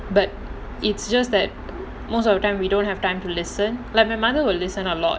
but it's just that most of the time we don't have time to listen like my mother will listen a lot